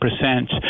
percent